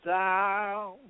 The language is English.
down